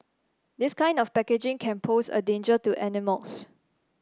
this kind of packaging can pose a danger to animals